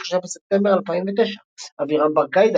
23 בספטמבר 2009 אבירם ברקאי,